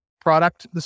product